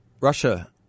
Russia